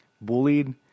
bullied